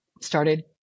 started